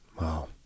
Wow